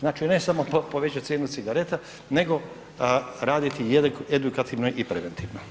Znači ne samo povećat cijenu cigareta nego raditi i edukativno i preventivno.